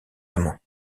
amants